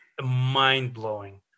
mind-blowing